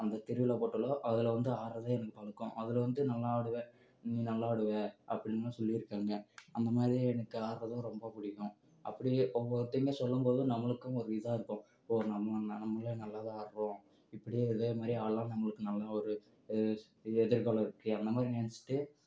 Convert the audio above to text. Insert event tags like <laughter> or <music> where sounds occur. அந்த திருவிழா போட்டாலோ அதில் வந்து ஆடுறது எனக்கு பழக்கம் அதில் வந்து நல்லா ஆடுவேன் நீ நல்லா ஆடுவே அப்படின்னு சொல்லிருக்கானுங்க அந்த மாதிரி எனக்கு ஆடுறதும் ரொம்ப பிடிக்கும் அப்படியே ஒவ்வொருத்தமே சொல்லும் போதும் நம்மளுக்கும் ஒரு இதாக இருக்கும் ஓ நம்ம நம்மளே நல்லா தான் ஆடுறோம் இப்படியே இதே மாதிரி ஆடலாம் நம்மளுக்கு நல்லா ஒரு <unintelligible> எதிர்காலம் இருக்குது அந்த மாதிரி நினச்சிட்டு